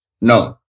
no